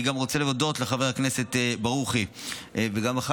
אני רוצה להודות גם לחבר הכנסת ברוכי וגם לך,